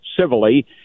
civilly